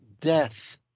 death